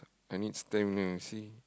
I need stamina you see